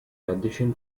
addition